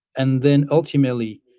and then ultimately,